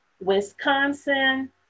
Wisconsin